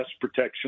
protection